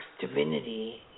divinity